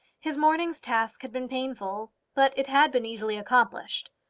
his morning's task had been painful, but it had been easily accomplished.